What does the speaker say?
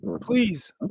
Please